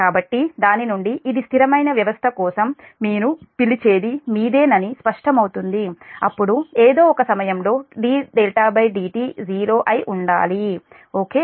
కాబట్టి దాని నుండి ఇది స్థిరమైన వ్యవస్థ కోసం మీరు పిలిచేది మీదేనని స్పష్టమవుతుంది అప్పుడు ఏదో ఒక సమయంలోddt '0' అయి ఉండాలి ఓకే